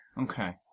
Okay